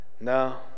no